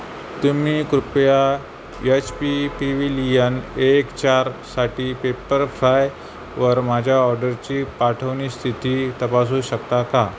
तुम्ही कृपया H P pavilion एक चारसाठी पेपरफ्रायवर माझ्या ऑर्डरची पाठवणी स्थिती तपासू शकता का